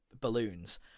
balloons